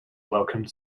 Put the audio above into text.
welcomed